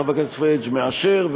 חבר הכנסת פריג' מאשר.